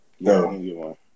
No